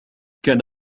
كان